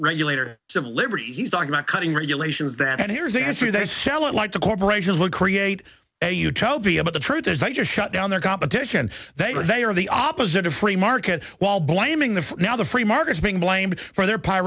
regulator civil liberties he's talking about cutting regulations that here's the answer they shell out like the corporations would create a utopia but the truth is i just shut down their competition they are they are the opposite of free market while blaming the for now the free market is being blamed for their p